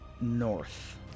North